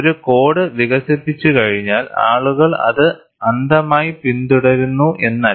ഒരു കോഡ് വികസിപ്പിച്ചു കഴിഞ്ഞാൽ ആളുകൾ അത് അന്ധമായി പിന്തുടരുന്നു എന്നല്ല